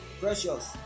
Precious